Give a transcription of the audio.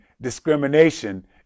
discrimination